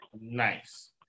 Nice